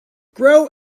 grow